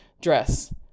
dress